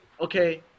okay